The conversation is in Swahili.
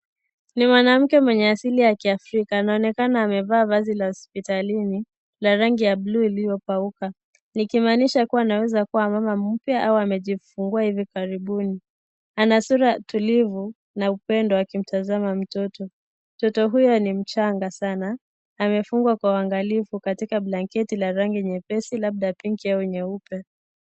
Ni mwanamke mwenye asili ya kiafrika anaonekana amevaa vazi la hospitalini la rangi ya buluu iliyokauka, likimaanisha kuwa anaweza kuwa mama mpya awe amejifungua hivi karibuni. Ana sura tulivu na upendo akimtazama mtoto , mtoto huyo ni mchanga sana amefungwa kwa uangalifu katika blanketi la rangi nyepesi labda la pinki au nyeupe.